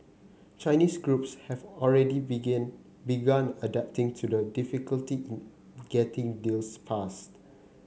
Chinese groups have already begin begun adapting to the difficulty in getting deals passed